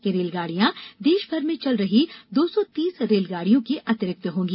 ये रेलगाडियां देशमर में चल रही दो सौ तीस रेलगाडियों के अतिरिक्त होंगी